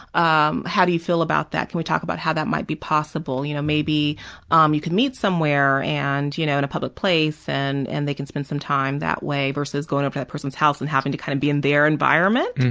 um how do you feel about that? can we talk about how that might be possible? you know maybe um you can meet somewhere and you know in a public place and and they can spend some time that way versus going up to that person's house and having to kind of be in their environment.